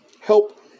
help